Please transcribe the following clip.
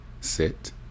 Sit